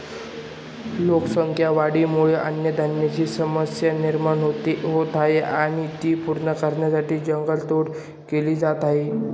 लोकसंख्या वाढीमुळे अन्नधान्याची समस्या निर्माण होत आहे आणि ती पूर्ण करण्यासाठी जंगल तोड केली जात आहे